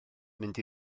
mynd